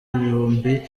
ibihumbi